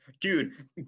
dude